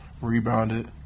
rebounded